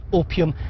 opium